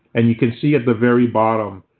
and you can see at the very bottom,